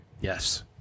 Yes